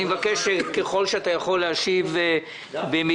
אני מבקש, ככל שאתה יכול, להשיב במהירות.